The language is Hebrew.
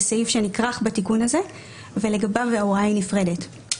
זה סעיף שנכרך בתיקון הזה ולגביו ההוראה היא נפרדת.